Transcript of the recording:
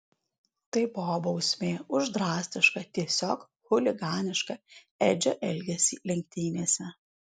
tai buvo bausmė už drastišką tiesiog chuliganišką edžio elgesį lenktynėse